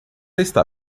está